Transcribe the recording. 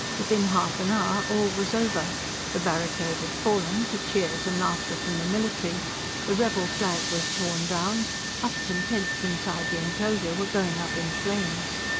within half an hour all was over the barricade had fallen, to cheers and laughter from the military the rebel flag was torn down huts and tents inside the enclosure were going up in flames.